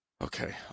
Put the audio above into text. okay